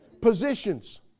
Positions